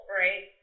right